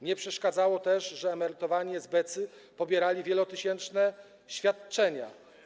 Nie przeszkadzało też, że emerytowani esbecy pobierali wielotysięczne świadczenia.